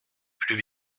plus